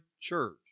church